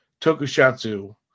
Tokushatsu